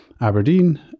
Aberdeen